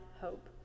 hope